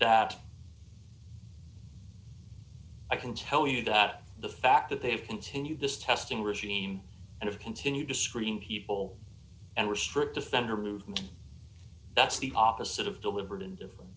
that i can tell you that the fact that they have continued this testing regime and have continued to screen people and restrict defender movement that's the opposite of deliber